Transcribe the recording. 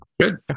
good